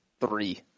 Three